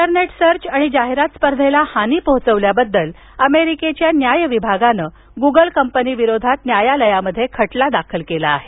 Google internet search आणि जाहिरात स्पर्धेला हानी पोहचवल्याबद्दल अमेरिकेच्या न्याय विभागानं गुगल कंपनीविरोधात न्यायालयात खटला दाखल केला आहे